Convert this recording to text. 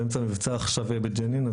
באמצע מבצע עכשיו בג'נין.